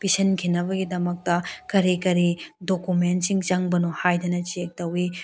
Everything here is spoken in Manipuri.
ꯄꯤꯁꯤꯟꯈꯤꯅꯕꯒꯤꯗꯃꯛꯇ ꯀꯔꯤ ꯀꯔꯤ ꯗꯣꯀꯨꯃꯦꯟꯁꯤꯡ ꯆꯪꯕꯅꯣ ꯍꯥꯏꯕꯗꯨ ꯆꯦꯛ ꯇꯧꯋꯤ